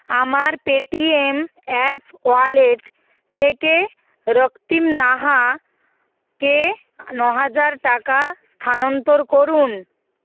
আমার Paytm app wallet থেকে রক্তিম নাহাকে ন হাজার টাকা স্থানান্তর করুন